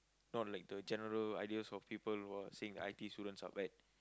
not like the general ideas of people who are saying that I_T_E students are bad